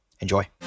Enjoy